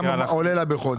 כמה עולה לה בחודש?